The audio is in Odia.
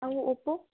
ଆଉ ଓପୋ